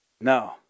No